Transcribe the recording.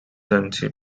densely